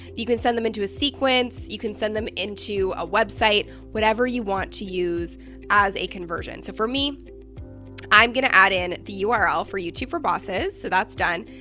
you can send them into a sequence, you can send them into a website, whatever you want to use as a conversion. so for me i'm gonna add in the ah url for youtube for bosses so that's done.